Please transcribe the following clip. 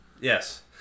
yes